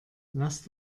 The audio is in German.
lass